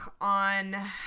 on